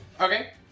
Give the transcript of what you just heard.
Okay